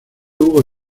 hugo